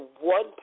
one